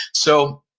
so,